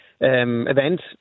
events